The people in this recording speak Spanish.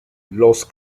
los